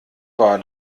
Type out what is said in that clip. war